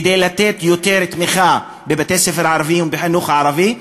כדי לתת יותר תמיכה לבתי-ספר ערביים ולחינוך הערבי.